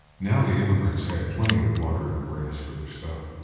now the emigrants had plenty of water and grass for their stock,